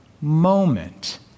moment